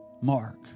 mark